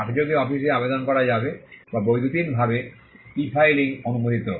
ডাকযোগে অফিসে আবেদন করা যাবে বা বৈদ্যুতিনভাবে ই ফাইলিংও অনুমোদিত